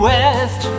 West